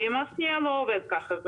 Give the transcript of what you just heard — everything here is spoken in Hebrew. כי מס קנייה לא עובד ככה.